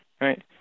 right